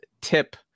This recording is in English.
tip